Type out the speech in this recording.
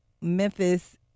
Memphis